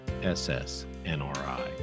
ssnri